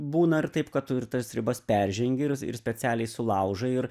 būna ir taip kad tu ir tas ribas peržengi ir ir specialiai sulaužai ir